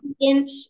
inch